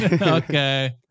Okay